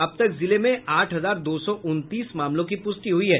अब तक जिले में आठ हजार दो सौ उनतीस मामलों की पुष्टि हुई है